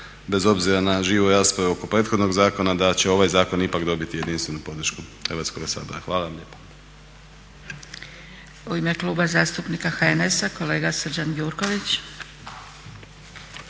bez obzira na živu raspravu oko prethodnog zakona da će ovaj zakon ipak dobiti jedinstvenu podršku Hrvatskoga sabora.